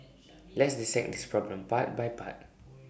let's dissect this problem part by part